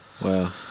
Wow